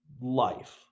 life